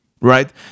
right